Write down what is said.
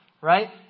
right